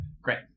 Great